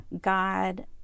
God